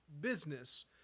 business